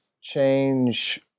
change